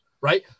right